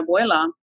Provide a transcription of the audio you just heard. abuela